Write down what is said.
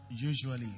usually